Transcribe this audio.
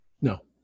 No